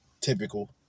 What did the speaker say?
typical